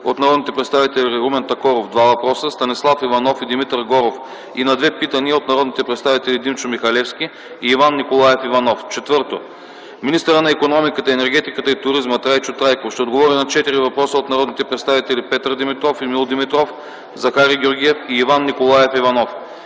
от народните представители Румен Такоров - два въпроса, Станислав Иванов, Димитър Горов и на две питания от народните представители Димчо Михалевски и Иван Николаев Иванов. Четвърто, министърът на икономиката, енергетиката и туризма Трайчо Трайков ще отговори на четири въпроса от народните представители Петър Димитров, Емил Димитров, Захари Георгиев и Иван Николаев Иванов.